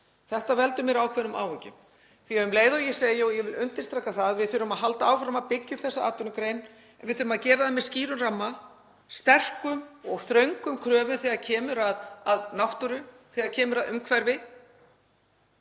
Þetta veldur mér ákveðnum áhyggjum. Ég vil undirstrika það að við þurfum að halda áfram að byggja upp þessa atvinnugrein en við þurfum að gera það með skýrum ramma, sterkum og ströngum kröfum þegar kemur að náttúru, þegar kemur að umhverfi.